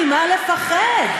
ממה לפחד?